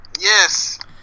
Yes